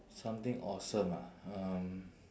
something awesome ah um